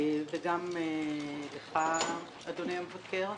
וגם לך אדוני המבקר.